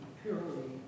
purely